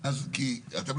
אדוני היושב ראש,